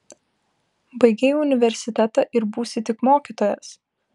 baigei universitetą ir būsi tik mokytojas